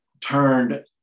turned